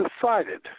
decided